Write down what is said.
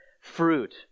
fruit